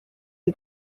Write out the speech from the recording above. the